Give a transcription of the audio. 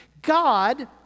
God